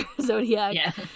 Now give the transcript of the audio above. Zodiac